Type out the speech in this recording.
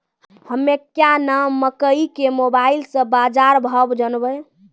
हमें क्या नाम मकई के मोबाइल से बाजार भाव जनवे?